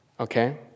Okay